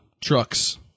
trucks